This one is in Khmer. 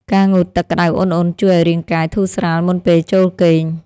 ការងូតទឹកក្ដៅអ៊ុនៗជួយឱ្យរាងកាយធូរស្រាលមុនពេលចូលគេង។